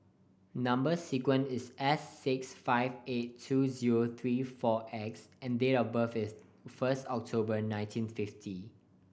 number sequence is S six five eight two zero three four X and date of birth is first October nineteen fifty